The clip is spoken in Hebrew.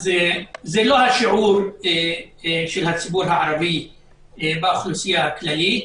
זה לא השיעור של הציבור הערבי באוכלוסייה הכללית,